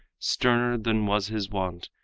sterner than was his wont,